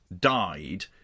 died